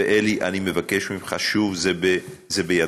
ואלי, אני מבקש ממך שוב: זה בידיך.